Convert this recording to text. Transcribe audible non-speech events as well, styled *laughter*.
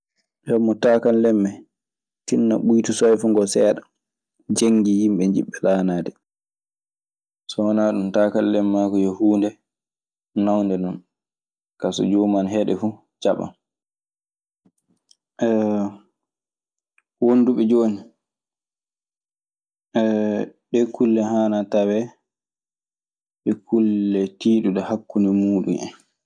"Ee mo taakalemme, tinno ɓuytu soofaa ngoo seeɗa. Jenngii, yimɓe njiɗɓe ɗaanaade.". So wanaa ɗun taakallemmaagu yo huunde naawnde non. Kaa, so joomun ana heɗoo fuu, jaɓan. *hesitation* Wonduɓe jooni, *hesitation* ɗee kulle haanaa tawee ɗe kulle tiiɗuɗe hakkunde muuɗun en.